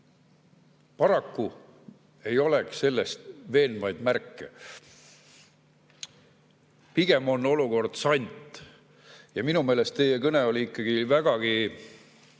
Paraku ei oleks sellest veenvaid märke. Pigem on olukord sant. Ja minu meelest teie kõne oli vägagi